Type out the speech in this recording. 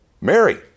Mary